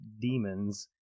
demons